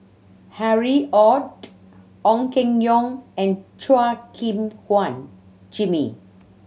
Harry Ord Ong Keng Yong and Chua Gim Guan Jimmy